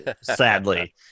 sadly